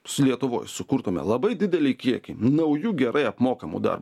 su lietuvoj sukurtume labai didelį kiekį naujų gerai apmokamų darbo